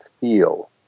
feel